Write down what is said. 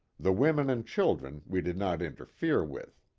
the women and children we did not interfere with.